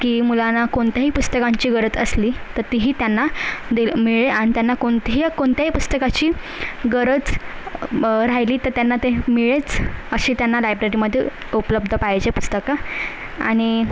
की मुलांना कोणत्याही पुस्तकांची गरज असली तर ती ही त्यांना दि मिळेल आणि त्यांना कोणतेही कोणत्याही पुस्तकाची गरज राहिली तर त्यांना ते मिळेलच असे त्यांना लायब्ररीमधे उपलब्ध पाहिजे पुस्तकं आणि